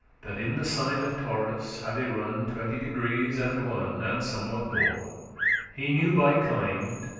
that in the sign of taurus had y-run twenty degrees and one, and somewhat more he knew by kind,